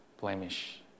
blemish